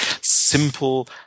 simple